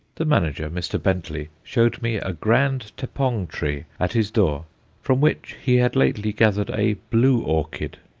the manager, mr. bentley, showed me a grand tapong-tree at his door from which he had lately gathered a blue orchid,